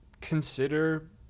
consider